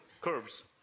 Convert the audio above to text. curves